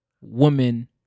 woman